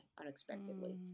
unexpectedly